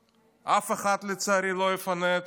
אף אחד, לצערי, לא יפנה את ח'אן אל-אחמר.